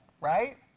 right